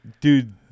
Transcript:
dude